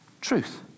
truth